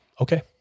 Okay